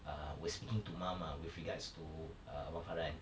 err was speaking to mum ah with regards to err abang farhan